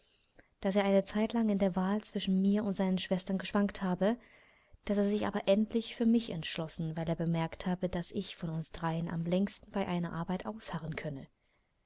daß er eine zeitlang in der wahl zwischen mir und seinen schwestern geschwankt habe daß er sich aber endlich für mich entschlossen weil er bemerkt habe daß ich von uns dreien am längsten bei einer arbeit ausharren könne